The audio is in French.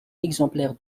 exemplaire